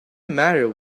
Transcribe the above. matter